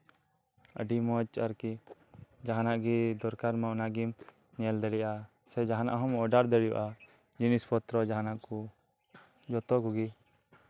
ᱟᱹᱰᱤ ᱢᱚᱡ ᱟᱨᱠᱤ ᱡᱟᱦᱟᱱᱟᱜ ᱜᱤ ᱫᱚᱨᱠᱟᱨᱟᱢᱟ ᱚᱱᱟᱜᱤᱢ ᱧᱮᱞ ᱫᱟᱲᱤᱭᱟᱜ ᱟ ᱥᱮ ᱡᱟᱦᱟᱱᱟᱜ ᱦᱚᱢ ᱚᱰᱟᱨ ᱫᱟᱲᱤᱭᱟᱜ ᱟ ᱡᱤᱱᱤᱥ ᱯᱚᱛᱨᱚ ᱡᱟᱦᱟᱱᱟᱜ ᱠᱚ ᱡᱚᱛᱚ ᱠᱚᱜᱤ